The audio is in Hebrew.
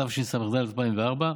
התשס"ד 2004,